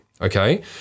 okay